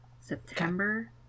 September